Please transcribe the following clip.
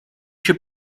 się